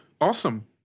awesome